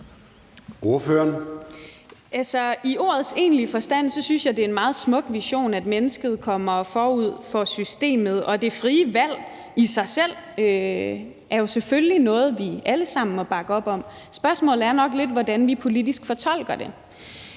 i dens egentlige forstand synes jeg det er en meget smuk vision, at mennesket går forud for systemet, og det frie valg i sig selv er jo selvfølgelig noget, vi alle sammen må bakke op om. Spørgsmålet er nok lidt, hvordan vi politisk fortolker det.